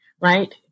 Right